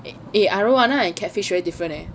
eh arowana and catfish very different eh